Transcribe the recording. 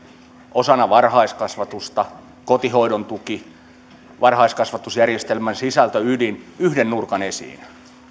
osana varhaiskasvatusta kotihoidon tuki varhaiskasvatusjärjestelmän sisältöydin yhden nurkan esiin